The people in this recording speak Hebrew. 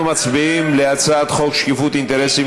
אנחנו מצביעים על הצעת חוק שקיפות אינטרסים